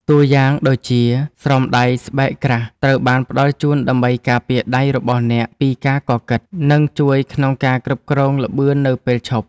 តួយ៉ាងដូចជា ស្រោមដៃស្បែកក្រាស់ត្រូវបានផ្ដល់ជូនដើម្បីការពារដៃរបស់អ្នកពីការកកិត និងជួយក្នុងការគ្រប់គ្រងល្បឿននៅពេលឈប់។